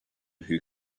who